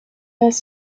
las